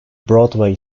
broadway